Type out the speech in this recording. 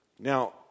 Now